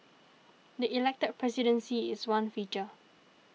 the elected presidency is one feature